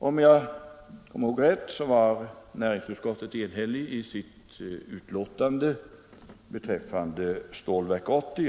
Om jag minns rätt var näringsutskottet enhälligt i sitt betänkande beträffande Stålverk 80.